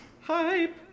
Hype